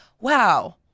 wow